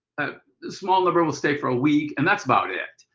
a small number will stay for a week, and that's about it.